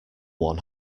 one